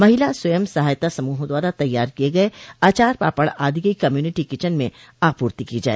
महिला स्वयं सहायता समूहों द्वारा तैयार किए गए अचार पापड़ आदि की कम्युनिटी किचन में आपूर्ति की जाए